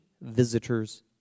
visitor's